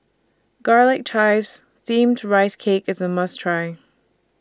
Garlic Chives Steamed Rice Cake IS A must Try